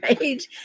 right